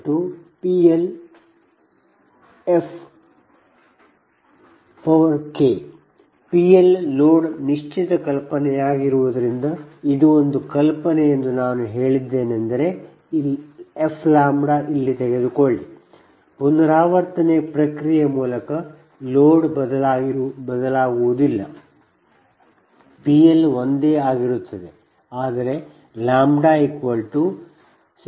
PL load ನಿಶ್ಚಿತ ಕಲ್ಪನೆಯಾಗಿರುವುದರಿಂದ ಇಲ್ಲಿ f ತೆಗೆದುಕೊಳ್ಳಿ ಪುನರಾವರ್ತನೆಯ ಪ್ರಕ್ರಿಯೆಯ ಮೂಲಕ ಲೋಡ್ ಬದಲಾಗುವುದಿಲ್ಲ PL ಒಂದೇ ಆಗಿರುತ್ತದೆ ಆದರೆ i1mPgiK